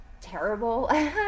terrible